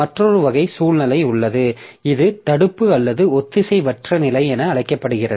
மற்றொரு வகை சூழ்நிலை உள்ளது இது தடுப்பு அல்லது ஒத்திசைவற்ற நிலை என அழைக்கப்படுகிறது